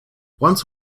once